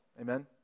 Amen